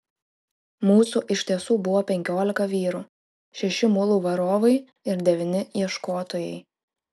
mūsų iš tiesų buvo penkiolika vyrų šeši mulų varovai ir devyni ieškotojai